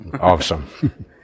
Awesome